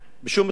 בשום תחום,